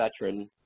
veteran